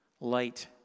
light